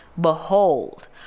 Behold